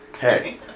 Hey